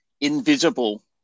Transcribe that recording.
invisible